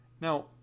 Now